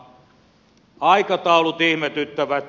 myös aikataulut ihmetyttävät